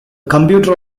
computer